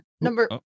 Number